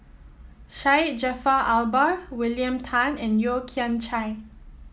Syed Jaafar Albar William Tan and Yeo Kian Chai